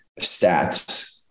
stats